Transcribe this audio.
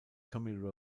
tommy